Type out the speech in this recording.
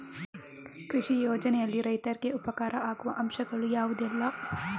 ಕೃಷಿ ಯೋಜನೆಯಲ್ಲಿ ರೈತರಿಗೆ ಉಪಕಾರ ಆಗುವ ಅಂಶಗಳು ಯಾವುದೆಲ್ಲ?